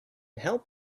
help